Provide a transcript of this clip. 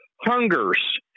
hungers